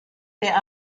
der